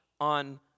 on